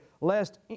lest